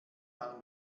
mal